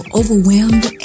overwhelmed